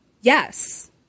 Yes